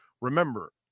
remember